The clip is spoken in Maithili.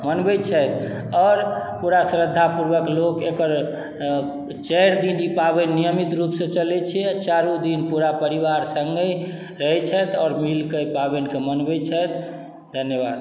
मनबै छथि आओर पूरा श्रद्धा पूर्वक लोक एकर चारि दिन ई पाबनि नियमित रूप सँ चलै छै चारू दिन पूरा परिवार सँगै रहै छैथ आओर मिल कऽ एहि पाबनि के मनबै छैथ धन्यवाद